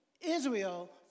Israel